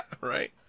Right